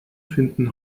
finden